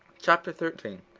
chapter thirteen.